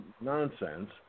nonsense